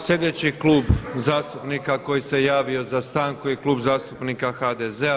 Sljedeći klub zastupnika koji se javio za stanku je Klub zastupnika HDZ-a.